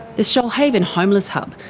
the shoalhaven homeless hub,